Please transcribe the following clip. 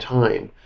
time